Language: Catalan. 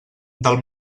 del